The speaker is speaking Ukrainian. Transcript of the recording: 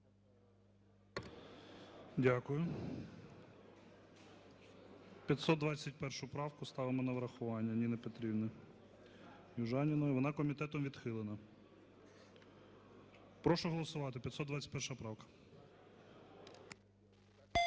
Дякую. 521 правку ставимо на врахування Ніни Петрівни Южаніної. Вона комітетом відхилена. Прошу голосувати, 521 правка.